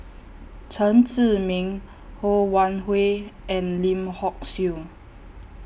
Chen Zhiming Ho Wan Hui and Lim Hock Siew